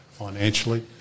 financially